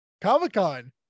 Comic-Con